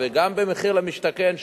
וגם במחיר למשתכן,